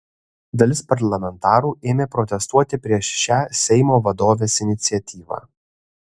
dalis parlamentarų ėmė protestuoti prieš šią seimo vadovės iniciatyvą